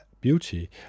beauty